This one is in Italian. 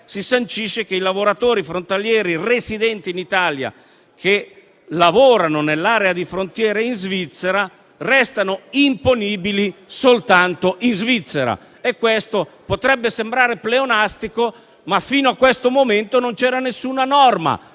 si sancisce che i lavoratori frontalieri residenti in Italia, che lavorano nell'area di frontiera in Svizzera, restano imponibili soltanto in Svizzera. Questo potrebbe sembrare pleonastico, ma fino a questo momento non c'era alcuna norma